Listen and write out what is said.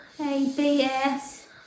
ABS